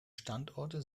standorte